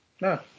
no